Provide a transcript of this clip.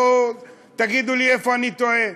בואו תגידו לי איפה אני טועה.